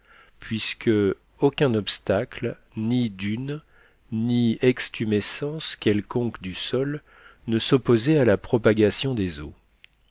puisque aucun obstacle ni dune ni extumescence quelconque du sol ne s'opposait à la propagation des eaux